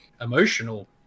emotional